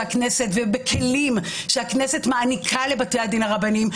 ובכלים שהכנסת מעניקה לבתי הדין הרבניים,